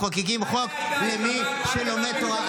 מחוקקים חוק למי שלומד תורה.